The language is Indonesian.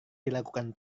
dilakukan